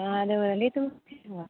अहाँ देबै